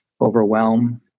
overwhelm